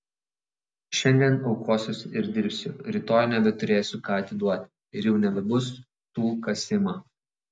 šiandien aukosiuosi ir dirbsiu rytoj nebeturėsiu ką atiduoti ir jau nebebus tų kas ima